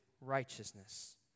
righteousness